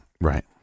Right